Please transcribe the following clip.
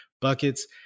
buckets